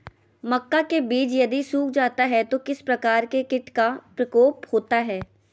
मक्का के बिज यदि सुख जाता है तो किस प्रकार के कीट का प्रकोप होता है?